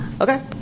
Okay